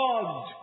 God